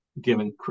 given